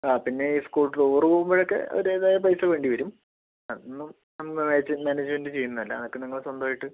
ആ പിന്നെ ഈ സ്കൂൾ ടൂർ പോകുമ്പോഴൊക്കെ അവരുടെതായ പൈസ വേണ്ടിവരും അതൊന്നും മാനേജ്മെൻ്റ് ചെയ്യുന്നതല്ല അതൊക്കെ ഞങ്ങൾ സ്വന്തമായിട്ട്